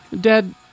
Dad